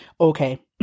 Okay